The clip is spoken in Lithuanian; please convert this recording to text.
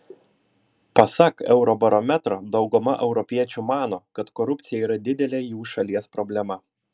pasak eurobarometro dauguma europiečių mano kad korupcija yra didelė jų šalies problema